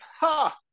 ha